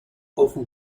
offen